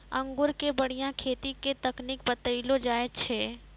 अंगूर के बढ़िया खेती के तकनीक बतइलो जाय छै